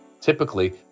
typically